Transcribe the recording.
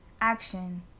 action